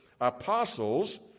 apostles